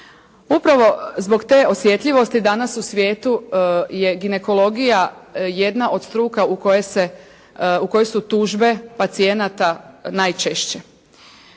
Upravo zbog te osjetljivosti danas u svijetu je ginekologija jedna od struka u kojoj su tužbe pacijenata najčešće